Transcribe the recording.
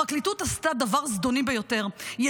הפרקליטות עשתה דבר זדוני ביותר: היא